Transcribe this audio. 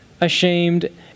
ashamed